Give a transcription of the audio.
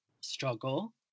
struggle